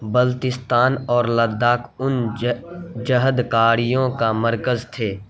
بلتستان اور لداخ ان جہد کاریوں کا مرکز تھے